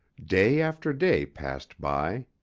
day after day passed by.